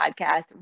podcast